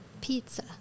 Pizza